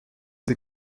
des